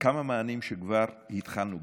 כמה מענים שכבר התחלנו,